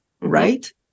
right